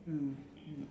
mm mm